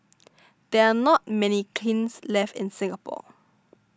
there are not many kilns left in Singapore